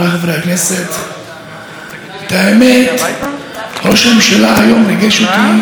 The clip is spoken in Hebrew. ראו שהוא באמת מחובר לדברים ולא מדובר בגימיקים.